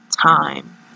time